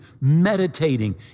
meditating